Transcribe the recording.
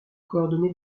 coordonner